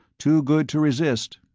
too good to resist.